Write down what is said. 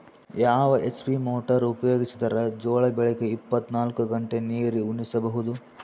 ಯಾವ HP motor ಉಪಯೋಗಿಸಿದರ ಜೋಳ ಬೆಳಿಗ ಇಪ್ಪತ ನಾಲ್ಕು ಗಂಟೆ ನೀರಿ ಉಣಿಸ ಬಹುದು?